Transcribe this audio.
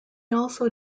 also